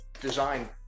design